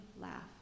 laugh